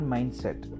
Mindset –